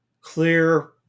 Clear